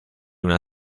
una